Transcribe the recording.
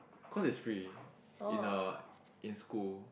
cause is free in uh in school